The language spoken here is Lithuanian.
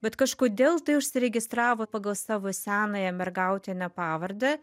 bet kažkodėl tai užsiregistravo pagal savo senąją mergautinę pavardę